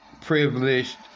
privileged